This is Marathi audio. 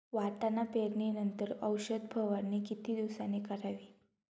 वाटाणा पेरणी नंतर औषध फवारणी किती दिवसांनी करावी?